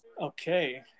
Okay